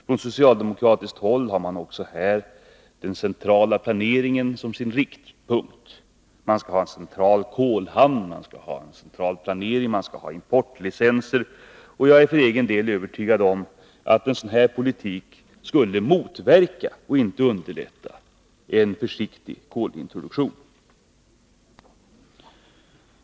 Från socialdemokratiskt håll har man här central planering som riktpunkt. Man skall också ha en central kolhamn och importlicenser. Jag är för egen del övertygad om att en sådan politik skulle motverka, inte underlätta, en försiktig kolintroduktion.